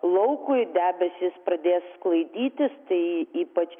laukui debesys pradės sklaidytis tai ypač